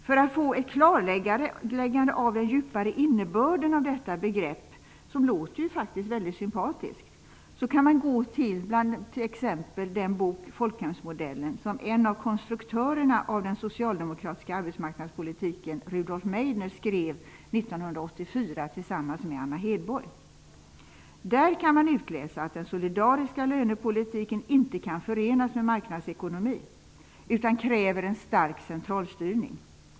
För att få ett klarläggande av den djupare innebörden av detta begrepp, som faktiskt låter väldigt sympatiskt, kan man t.ex. gå till boken ''Folkhemsmodellen'', som en av konstruktörerna av den socialdemokratiska arbetsmarknadspolitiken, Rudolf Meidner, skrev Där kan man utläsa att den solidariska lönepolitiken inte kan förenas med marknadsekonomi utan kräver en stark centralstyrning.